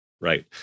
Right